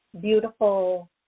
beautiful